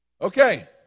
Okay